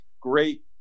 great